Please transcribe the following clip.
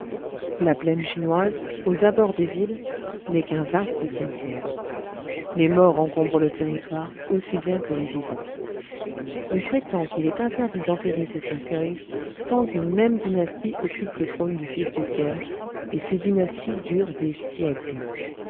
la plaine chinoise aux abords des villes n'est qu'un vaste cimetière les morts encombrent le territoire aussi bien que les vivants on prétend qu'il est interdit d'enterrer ces cercueils tant qu'une même dynastie occupe le trône du fils du ciel et ces dynasties durent des siècles